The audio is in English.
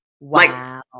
Wow